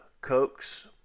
Cokes